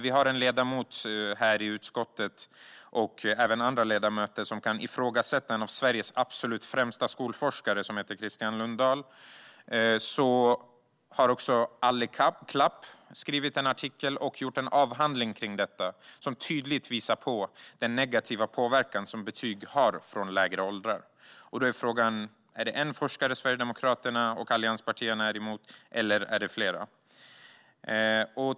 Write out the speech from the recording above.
Vi har en ledamot i utskottet, och även andra ledamöter, som ifrågasätter en av Sveriges absolut främsta skolforskare, Christian Lundahl. Men också Alli Klapp har skrivit en avhandling om detta. Hon visar tydligt på den negativa påverkan betyg har i lägre åldrar. Då är frågan: Är det en forskare som Sverigedemokraterna och allianspartierna är emot, eller är det flera?